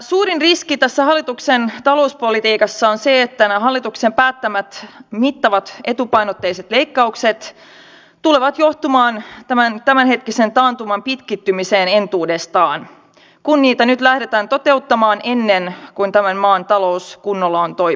suurin riski tässä hallituksen talouspolitiikassa on se että nämä hallituksen päättämät mittavat etupainotteiset leikkaukset tulevat johtamaan tämänhetkisen taantuman pitkittymiseen entuudestaan kun niitä nyt lähdetään toteuttamaan ennen kuin tämän maan talous kunnolla on toipunut